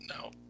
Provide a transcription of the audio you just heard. no